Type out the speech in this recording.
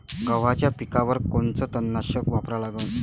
गव्हाच्या पिकावर कोनचं तननाशक वापरा लागन?